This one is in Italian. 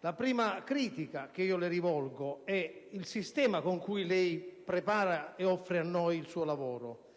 La prima critica che le rivolgo è relativa al sistema con cui lei prepara e offre a noi il suo lavoro.